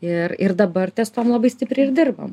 ir ir dabar testuojam labai stipriai ir dirbam